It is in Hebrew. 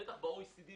בטח ב-OECD,